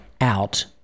out